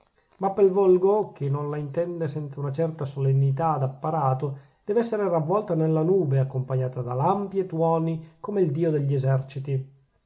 ma pel volgo che non la intende senza una certa solennità d'apparato dev'essere ravvolta nella nube accompagnata da lampi e tuoni come il dio degli eserciti